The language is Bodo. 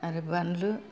आरो बानलु